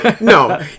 No